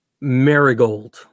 Marigold